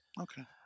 Okay